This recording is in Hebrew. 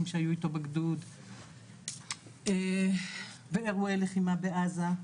היו איתו בגדוד ואירועי לחימה בעזה.